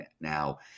now